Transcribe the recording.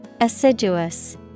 Assiduous